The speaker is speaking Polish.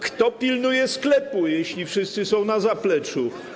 Kto pilnuje sklepu, jeśli wszyscy są na zapleczu?